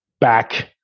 back